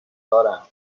دارم